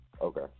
Okay